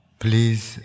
please